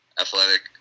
athletic